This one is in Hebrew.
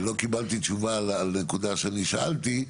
לא קיבלתי תשובה על הנקודה שאני שאלתי,